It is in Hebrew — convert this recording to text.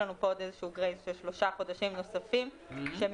יש לנו פה איזשהו גרייס של 3 חודשים נוספים שהם